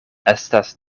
estas